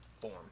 form